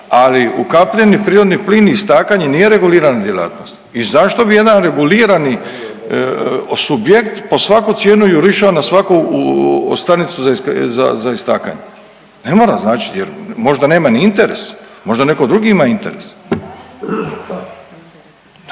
Ali ukapljeni prirodni plin istakanje nije regulirana djelatnost. I zašto bi jedan regulirani subjekt po svaku cijenu jurišao na svaku stanicu za istakanje? Ne mora značiti, jer možda nema niti interes? Možda netko drugi ima interes.